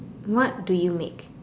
what do you make